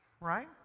Right